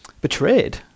betrayed